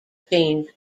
change